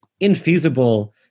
infeasible